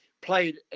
played